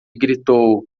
gritou